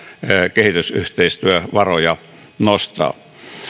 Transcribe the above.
kehitysyhteistyövaroja nostaa